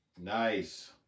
Nice